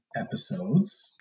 episodes